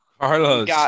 Carlos